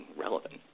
relevant